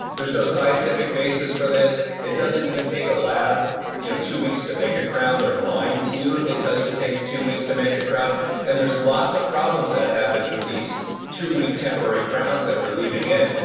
their's no scientific basis for this it doesn't even take a lab you know two weeks to make a crown they're lying to you if they tell you it takes two weeks to make a crown and there's lots of problems that happen with these two week temporary crowns that we're leaving in.